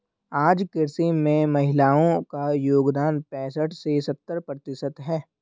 आज कृषि में महिलाओ का योगदान पैसठ से सत्तर प्रतिशत है